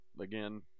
again